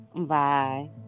Bye